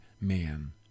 man